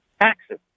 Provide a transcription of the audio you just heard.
taxes